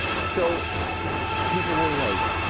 so people were late.